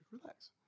relax